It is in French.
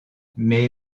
mais